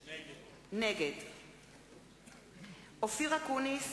נגד אופיר אקוניס,